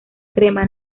crema